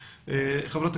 הזאת.